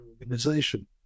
organization